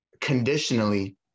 conditionally